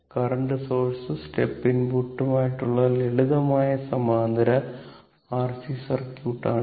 current source step ഇൻപുട്ടും ആയിട്ടുള്ള ലളിതമായ സമാന്തര R C സർക്യൂട്ട് ആണ് ഇത്